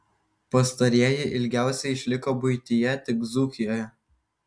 pastarieji ilgiausiai išliko buityje tik dzūkijoje